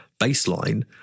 baseline